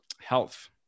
health